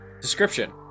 Description